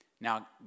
now